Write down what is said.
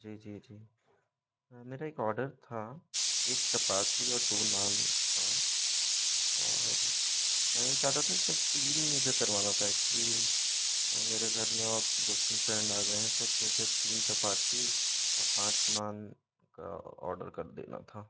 जी जी जी मेरा एक ऑर्डर था एक चपाती और दो नान का और मैं यह चाहता था इसमें तीन मुझे करवाना था एक्चुअली मेरे घर में और दो तीन फ्रेंड आ गए हैं तो मुझे तीन चपाती और पाँच नान का आर्डर कर देना था